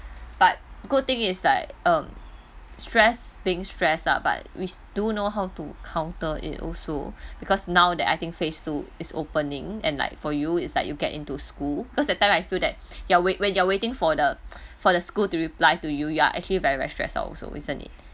but good thing is like um stress being stress lah but we do know how to counter it also because now that I think phase two is opening and like for you is like you get into school because that time I feel that ya when when you are waiting for the for the school to reply to you you are actually very very stress out also isn't it